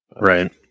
right